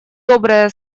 добрые